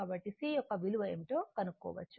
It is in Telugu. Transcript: కాబట్టి C యొక్క విలువ ఏమిటో కనుక్కోవచ్చు